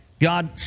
God